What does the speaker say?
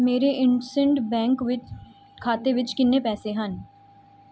ਮੇਰੇ ਇੰਡਸਇੰਡ ਬੈਂਕ ਵਿੱਚ ਖਾਤੇ ਵਿੱਚ ਕਿੰਨੇ ਪੈਸੇ ਹਨ